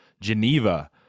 geneva